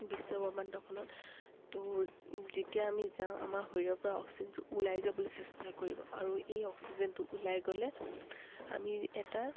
বিশ্বব্ৰহ্মাণ্ডখনত ত' যেতিয়া আমি যাওঁ আমাৰ শৰীৰৰ পৰা অক্সিজেনটো ওলাই যাবলৈ চেষ্টা কৰিব আৰু এই অক্সিজেনটো ওলাই গ'লে আমি এটা